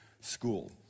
School